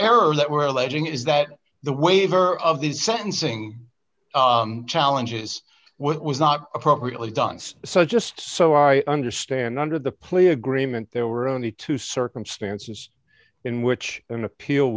errors that were alleging is that the waiver of these sentencing challenges what was not appropriately dunce so just so i understand under the plea agreement there were only two circumstances in which an appeal